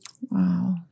Wow